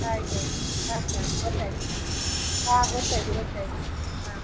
ಆಯ್ತಾಯಿತು ಆಯ್ತಾಯಿತು ಗೊತ್ತಾಯಿತು ಹಾಂ ಗೊತ್ತಾಯಿತು ಗೊತ್ತಾಯಿತು ಹಾಂ